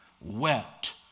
wept